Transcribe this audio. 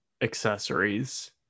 accessories